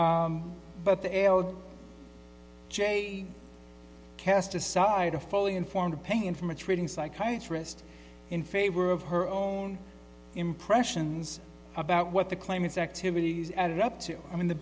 ok but the l j cast aside a fully informed opinion from a trading psychiatry list in favor of her own impressions about what the claim its activities added up to i mean the